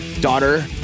daughter